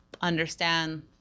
Understand